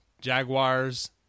Jaguars